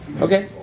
Okay